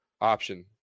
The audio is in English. option